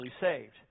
saved